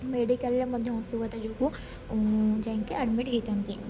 ମେଡ଼ିକାଲ୍ରେ ମଧ୍ୟ ଅସୁଭତା ଯୋଗୁ ଯାଇକି ଆଡ଼ମିଟ୍ ହୋଇଥାନ୍ତି